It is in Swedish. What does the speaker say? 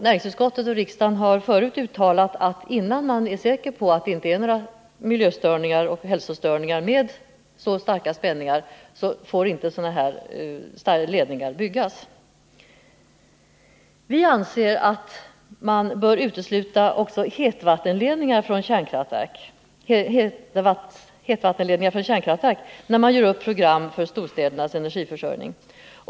Näringsutskottet och riksdagen har tidigare uttalat att sådana här ledningar inte får byggas förrän man är säker på att så starka spänningar som det här är fråga om inte medför miljöstörningar och hälsostörningar. Vi anser att man bör utesluta också hetvattenledningar från kärnkraftverk när man gör upp program för storstädernas energiförsörjning.